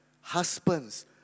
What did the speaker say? husbands